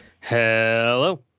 Hello